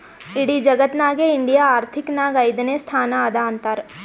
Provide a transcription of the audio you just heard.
ಇಡಿ ಜಗತ್ನಾಗೆ ಇಂಡಿಯಾ ಆರ್ಥಿಕ್ ನಾಗ್ ಐಯ್ದನೇ ಸ್ಥಾನ ಅದಾ ಅಂತಾರ್